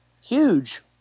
huge